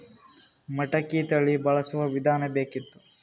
ಮಟಕಿ ತಳಿ ಬಳಸುವ ವಿಧಾನ ಬೇಕಿತ್ತು?